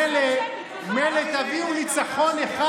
מילא, מילא תביאו ניצחון אחד.